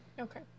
Okay